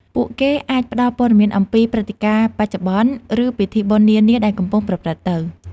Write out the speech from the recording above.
ពួកគេអាចផ្តល់ព័ត៌មានអំពី ព្រឹត្តិការណ៍បច្ចុប្បន្ន ឬពិធីបុណ្យនានាដែលកំពុងប្រព្រឹត្តទៅ។